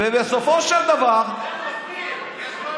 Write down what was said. ובסופו של דבר, זהו, מספיק, יש קואליציה.